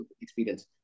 experience